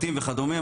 בתים וכדומה,